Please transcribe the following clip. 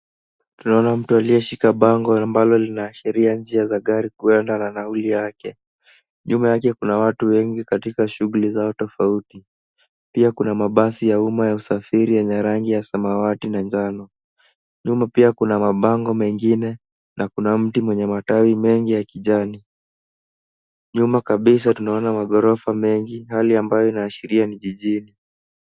Tunaona mtu aliyeshika bango ambalo linashiria njia za gari kuenda na nauli yake. Nyuma yake kuna watu wengi katika shughuli zao tofauti pia kuna mabasi ya umma ya usafiri yenye rangi ya samawati na njano. Nyuma pia kuna mabango mengine na kuna mti mwenye matawi mengi ya kijani. Nyuma kabisa tunaona maghorofa mengi hali ambayo inaashiria ni jijini